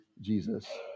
Jesus